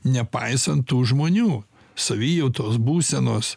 nepaisant tų žmonių savijautos būsenos